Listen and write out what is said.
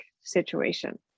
situation